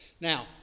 Now